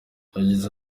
yagize